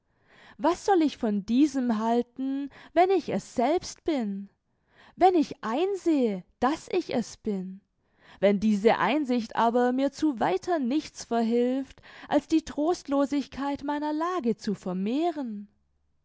was soll ich von diesem halten wenn ich es selbst bin wenn ich einsehe daß ich es bin wenn diese einsicht aber mir zu weiter nichts verhilft als die trostlosigkeit meiner lage zu vermehren